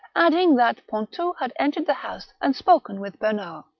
adding that pontou had entered the house and spoken with bernard.